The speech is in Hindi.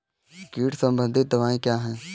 कीट संबंधित दवाएँ क्या हैं?